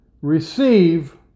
receive